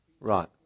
Right